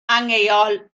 angheuol